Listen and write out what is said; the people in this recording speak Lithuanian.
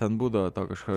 ten būdavo tokio kažko